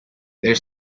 there